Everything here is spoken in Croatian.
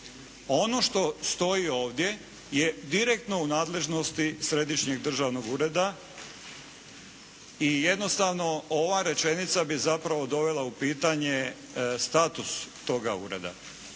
Ono što stoji ovdje je direktno u nadležnosti Središnjeg državnog ureda i jednostavno ova rečenica bi zapravo dovela u pitanje status toga ureda.